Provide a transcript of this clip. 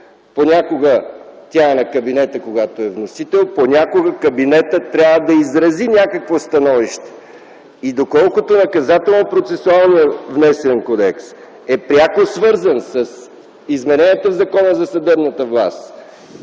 понякога тя е на кабинета, когато е вносител, понякога кабинетът трябва да изрази някакво становище. И доколкото внесеният Наказателно-процесуален кодекс е пряко свързан с измененията в Закона за съдебната власт,